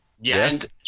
Yes